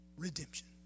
redemption